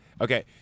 Okay